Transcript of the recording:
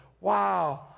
wow